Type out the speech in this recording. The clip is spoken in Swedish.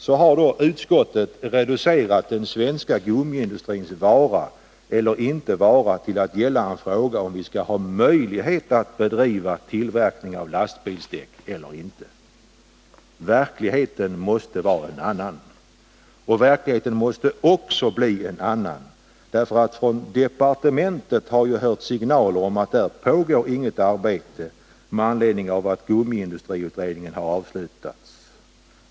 Så har då utskottet reducerat den svenska gummiindustrins vara eller inte vara till att gälla en fråga om vi skall ha möjlighet att bedriva tillverkning av lastbilsdäck eller inte. Verkligheten måste vara en annan. Verkligheten måste också bli en annan, därför att det från departementet har hörts signaler om att det där inte pågår något arbete med anledning av att gummiindustriutredningen avslutats.